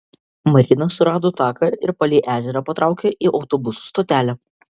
marina surado taką ir palei ežerą patraukė į autobusų stotelę